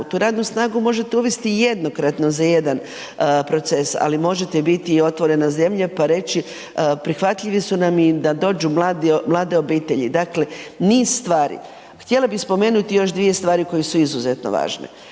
Tu radnu snagu možete uvesti jednokratno za jedan proces, ali možete biti i otvorena zemlja pa reći prihvatljivi su nam da dođu mlade obitelji. Dakle, niz stvari. Htjela bih spomenuti još dvije stvari koje su izuzetno važne.